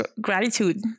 gratitude